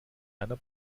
einer